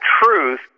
truth